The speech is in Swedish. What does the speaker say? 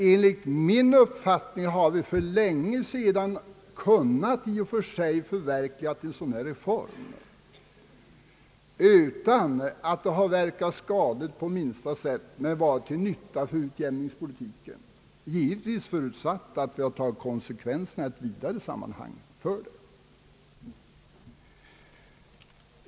Enligt min uppfattning hade vi i och för sig för länge sedan kunnat förverkliga en sådan här reform utan att detta hade verkat skadligt på minsta sätt men varit till nytta för utjämningspolitiken — givetvis förutsatt att vi tagit konsekvenserna av det i ett vidare sammanhang.